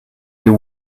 you